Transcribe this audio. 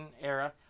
era